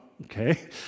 okay